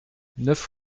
neuf